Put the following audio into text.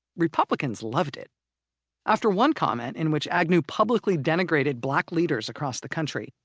republicans loved it after one comment in which agnew publicly denigrated black leaders across the country.